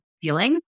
feeling